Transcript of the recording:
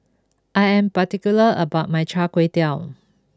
I am particular about my Char Kway Teow